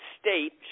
state